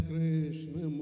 Krishna